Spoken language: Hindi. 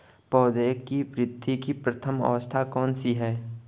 पौधों की वृद्धि की प्रथम अवस्था कौन सी है?